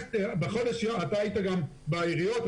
אתה היית גם בעיריות,